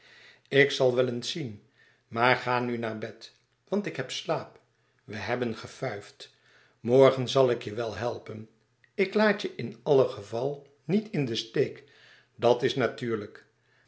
ik zal wel eens zien maar ga nu naar bed want ik heb slaap we hebben gefuifd morgen zal ik je wel helpen ik laat je in allen geval niet in den steek dat is natuurlijk